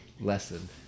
lesson